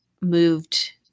moved